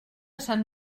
sant